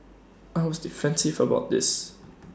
I was defensive about this